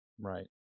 Right